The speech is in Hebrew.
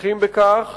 ממשיכים בכך,